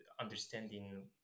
understanding